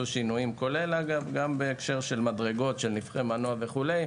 שינויים כולל בהקשר מדרגות של נפחי מנוע וכו',